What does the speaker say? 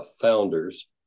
founders